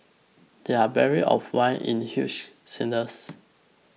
there barrels of wine in the huge cellars